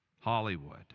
Hollywood